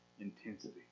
intensity